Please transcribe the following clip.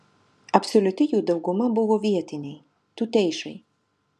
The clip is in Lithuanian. absoliuti jų dauguma buvo vietiniai tuteišai